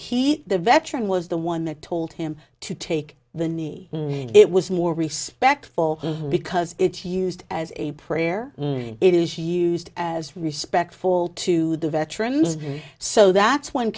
he the veteran was the one that told him to take the knee and it was more respectful because it's used as a prayer it is used as respect for all to the veterans so that's one